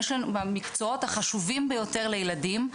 במקצועות החשובים יותר לילדים,